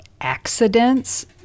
accidents